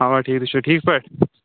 اَوا ٹھیٖک تُہۍ چھُو ٹھیٖک پٲٹھۍ